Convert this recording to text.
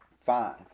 Five